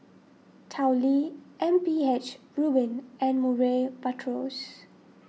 Tao Li M P H Rubin and Murray Buttrose